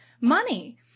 money